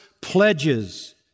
pledges